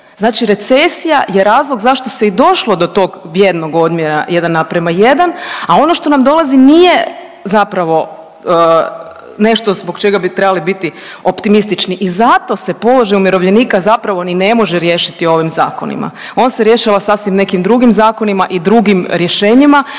Znači recesija je razlog zašto se i došlo do tog bijednog odmjera 1:1, a ono što nam dolazi nije zapravo nešto zbog čega bi trebali biti optimistični i zato se položaj umirovljenika zapravo ni ne može riješiti ovim zakonima. On se rješava sasvim nekim drugim zakonima i drugim nekim rješenjima,